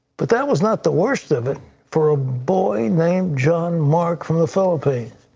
but that was not the worst of it for a boy named john mark from the philippines.